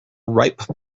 ripe